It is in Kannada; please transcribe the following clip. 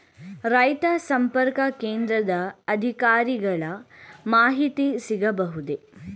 ರೈತ ಸಂಪರ್ಕ ಕೇಂದ್ರದ ಅಧಿಕಾರಿಗಳ ಮಾಹಿತಿ ಸಿಗಬಹುದೇ?